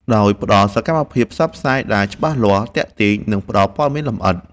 ដោយផ្តល់សកម្មភាពផ្សព្វផ្សាយដែលច្បាស់លាស់ ទាក់ទាញ និងផ្តល់ព័ត៌មានលម្អិត